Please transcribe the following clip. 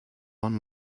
one